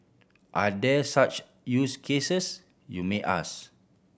are there such use cases you may ask